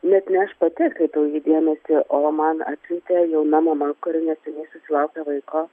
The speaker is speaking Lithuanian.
net ne aš pati atkreipiau į jį dėmesį o man atsiuntė jauna mama kuri neseniai susilaukė vaiko